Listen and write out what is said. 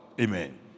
Amen